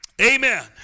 Amen